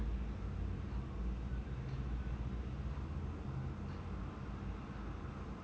Z